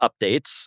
updates